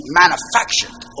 manufactured